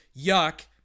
yuck